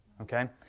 okay